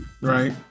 right